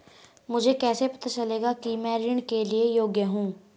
मुझे कैसे पता चलेगा कि मैं ऋण के लिए योग्य हूँ?